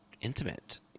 intimate